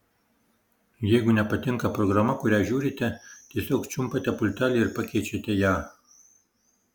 jeigu nepatinka programa kurią žiūrite tiesiog čiumpate pultelį ir pakeičiate ją